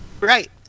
Right